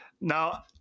Now